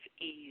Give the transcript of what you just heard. ease